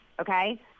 Okay